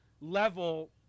level